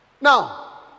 Now